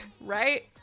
right